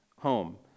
home